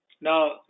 Now